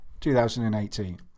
2018